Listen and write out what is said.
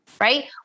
right